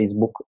Facebook